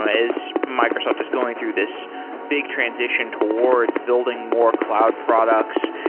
as microsoft is going through this big transition towards building more cloud products.